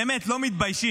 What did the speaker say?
באמת לא מתביישים.